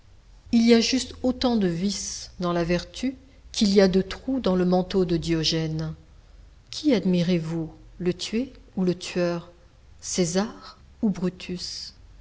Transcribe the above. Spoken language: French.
il y a juste autant de vices dans la vertu qu'il y a de trous au manteau de diogène qui admirez vous le tué ou le tueur césar ou brutus